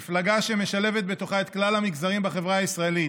מפלגה שמשלבת בתוכה את כל המגזרים בחברה הישראלית,